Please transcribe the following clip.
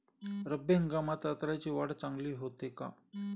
रब्बी हंगामात रताळ्याची वाढ चांगली होते का?